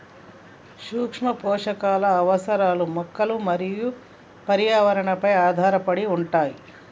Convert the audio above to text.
సూక్ష్మపోషకాల అవసరాలు మొక్క మరియు పర్యావరణంపై ఆధారపడి ఉంటాయి